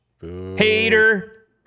hater